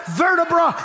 vertebra